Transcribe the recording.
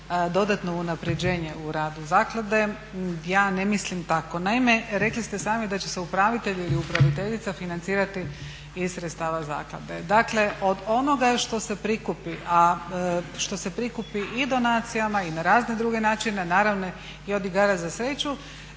dodatno unapređenje u radu zaklade. Ja ne mislim tako. Naime, rekli ste sami da će se upravitelj ili upraviteljica financirati iz sredstava zaklade. Dakle od onoga što se prikupi, a što se prikupi i donacijama i na razne druge načine naravno i od igara za sreću